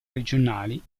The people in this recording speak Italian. regionali